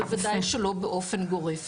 בוודאי שלא באופן גורף.